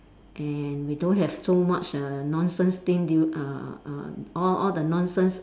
and we don't have so much err nonsense thing due uh uh all all the nonsense